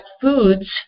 foods